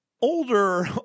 Older